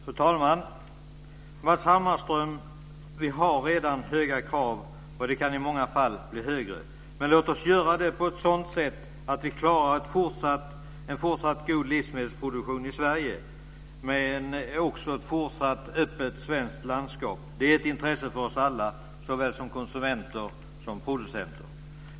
Fru talman! Matz Hammarström! Vi har redan höga krav, och de kan i många fall bli högre. Men låt oss göra det på ett sådant sätt att vi klarar en fortsatt god livsmedelsproduktion i Sverige, med ett fortsatt öppet svenskt landskap. Det är ett intresse för oss alla, såväl för konsumenter som för producenter.